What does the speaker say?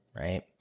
right